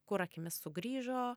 kur akimis sugrįžo